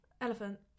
Elephant